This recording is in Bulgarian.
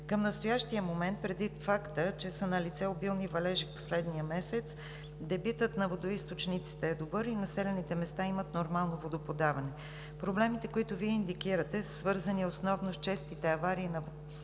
Към настоящия момент, предвид факта, че са налице обилни валежи в последния месец, дебитът на водоизточниците е добър и населените места имат нормално водоподаване. Проблемите, които Вие индикирате, са свързани основно с честите аварии на водопроводната